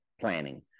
planning